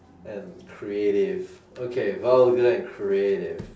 and creative okay vulgar and creative